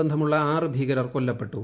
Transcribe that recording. ബന്ധമുള്ള ആറ് ഭീകരർ കൊല്ലപ്പെട്ടു